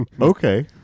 Okay